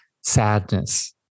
sadness